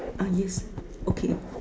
uh yes okay